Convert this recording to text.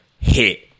Hit